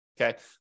Okay